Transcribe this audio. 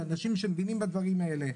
אנשים שמבינים בדברים האלה,